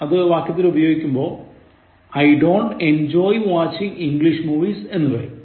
അത് വാക്യത്തിൽ ഉപയോഗിക്കുമ്പോൾ I don't enjoy watching English movies എന്നു വരും